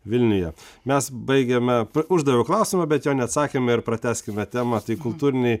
vilniuje mes baigėme uždaviau klausimą bet jo neatsakėm ir pratęskime temą tai kultūriniai